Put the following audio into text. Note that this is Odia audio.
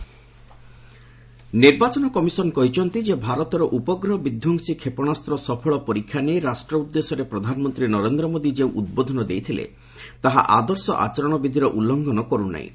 ଇସି ପିଏମ୍ ସାଟେଲାଇଟ୍ ନିର୍ବାଚନ କମିଶନ କହିଛନ୍ତି ଯେ ଭାରତର ଉପଗ୍ରହ ବିଧ୍ୱଂସୀ କ୍ଷେପଶାସ୍ତ ସଫଳ ପରୀକ୍ଷା ନେଇ ରାଷ୍ଟ୍ର ଉଦ୍ଦେଶ୍ୟରେ ପ୍ରଧାନମନ୍ତ୍ରୀ ନରେନ୍ଦ୍ର ମୋଦି ଯେଉଁ ଉଦ୍ବୋଧନ ଦେଇଥିଲେ ତାହା ଆଦର୍ଶ ଆଚରଣ ବିଧିର ଉଲ୍କ୍ଘନ କରୁ ନାହିଁ